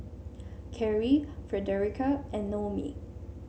Karie Fredericka and Noemie